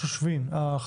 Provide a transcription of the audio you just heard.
שהוא